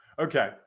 Okay